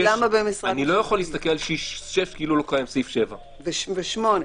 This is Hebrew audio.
למה --- אני לא יכול להסתכל על סעיף 6 כאילו לא קיים סעיף 7. ו-8.